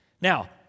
Now